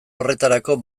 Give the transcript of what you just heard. horretarako